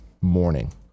morning